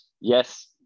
Yes